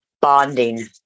Bonding